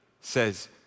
says